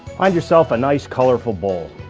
find yourself a nice, colorful bowl.